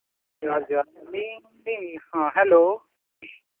ᱡᱚᱦᱟᱨ ᱡᱚᱦᱟᱨ ᱟᱹᱞᱤᱧ ᱞᱤᱧ ᱦᱮᱞᱳ